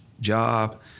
job